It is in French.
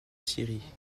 syrie